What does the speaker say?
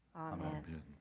Amen